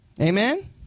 Amen